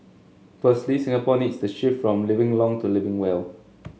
firstly Singapore needs the shift from living long to living well